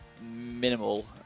minimal